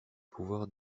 pouvoir